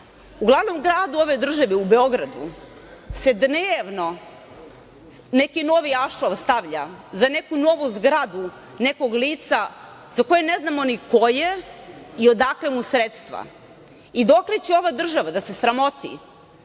glavnom gradu ove države, u Beogradu, dnevno se neki novi ašov stavlja, za neku novu zgradu, nekog lica, za koje ne znamo ni ko je i odakle mu sredstva. I dokle će ova država da se sramoti,